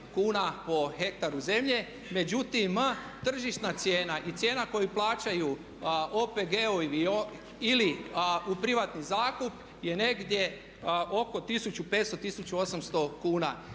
kn po ha zemlje, međutim, tržišna cijena i cijena koju plaćaju OPG-ovi ili u privatni zakup je negdje oko 1500, 1800 kn.